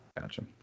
Gotcha